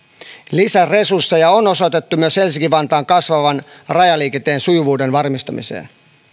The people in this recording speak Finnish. lisäresursseja on osoitettu myös helsinki vantaan kasvavan rajaliikenteen sujuvuuden varmistamiseen